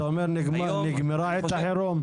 אתה אומר, נגמרה עת החירום?